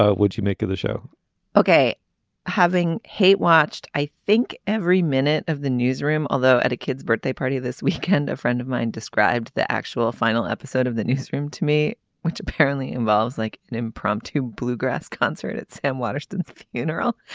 ah would you make of the show ok having hate watched i think every minute of the newsroom although at a kid's birthday party this weekend a friend of mine described the actual final episode of the newsroom to me which apparently involves like an impromptu bluegrass concert at sam waterston funeral.